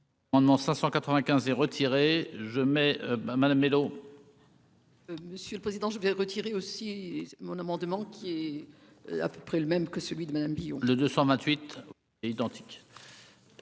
On ne 595 est retiré, je mets Madame Mellow. Monsieur le président je vais retirer aussi mon amendement qui est à peu près le même que celui de Madame Bio. Le 228 identique.